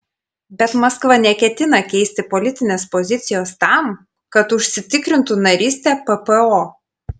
bet maskva neketina keisti politinės pozicijos tam kad užsitikrintų narystę ppo